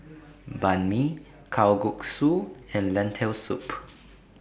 Banh MI Kalguksu and Lentil Soup